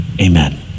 amen